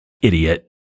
idiot